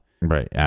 Right